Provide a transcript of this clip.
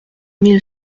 mille